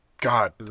God